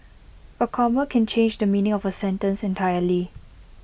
A comma can change the meaning of A sentence entirely